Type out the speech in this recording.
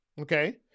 okay